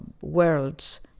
worlds